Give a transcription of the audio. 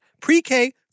pre-K